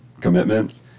Commitments